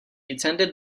attended